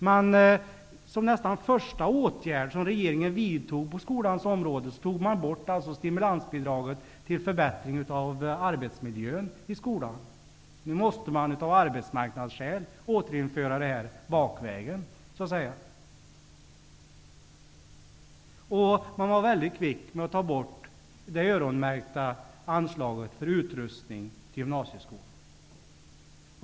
En av de första åtgärder som regeringen vidtog på skolans område var att ta bort stimulansbidraget till förbättring av arbetsmiljön i skolan. Nu måste man av arbetsmarknadsskäl återinföra detta bakvägen. Man var väldigt kvick med att ta bort det öronmärkta anslaget för utrustning till gymnasieskolan.